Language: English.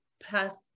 past